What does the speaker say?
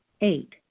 Eight